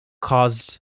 caused